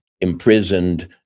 imprisoned